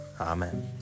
Amen